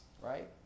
right